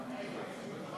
שלוש